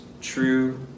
true